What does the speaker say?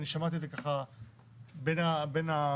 אני שמעתי את זה ככה בין הוועדות.